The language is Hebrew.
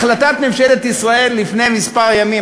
החלטת ממשלת ישראל לפני כמה ימים,